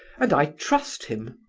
and i trust him.